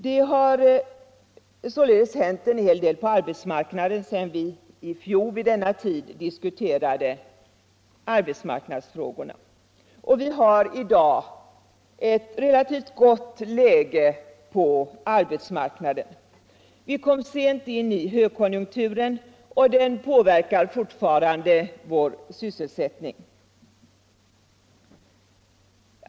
Det har således hänt en hel del på arbetsmarknaden sedan vi i fjol vid denna tid diskuterade arbetsmarknadsfrågorna. Vi har i dag ett relativt gott läge på arbetsmarknaden. Vi kom sent in i högkonjunkturen och den påverkar fortfarande vår sysselsättning.